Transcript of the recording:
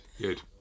Good